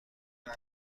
بدم